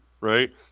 right